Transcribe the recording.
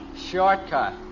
Shortcut